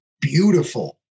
beautiful